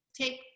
take